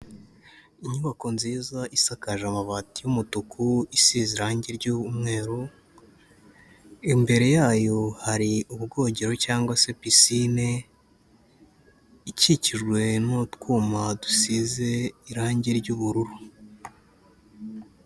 Inyubako nziza isakaje amabati y'umutuku, isize irangi ry'umweru, imbere yayo hari ubwogero cyangwa se pisine, ikikijwe n'utwuma dusize irangi ry'ubururu.